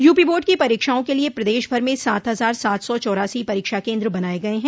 UP board की परीक्षाओं के लिये प्रदेश भर में सात हजार सात सौ चौरासी परीक्षा केन्द्र बनाये गये हैं